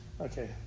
Okay